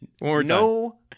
No